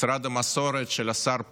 משרד המסורת של השר פרוש,